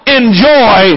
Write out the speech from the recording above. enjoy